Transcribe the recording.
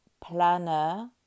planner